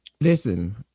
Listen